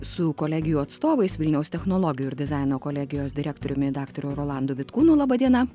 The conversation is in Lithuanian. su kolegijų atstovais vilniaus technologijų ir dizaino kolegijos direktoriumi daktaru rolandu vitkūnu laba diena